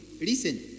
Listen